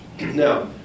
Now